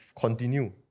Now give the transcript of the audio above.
continue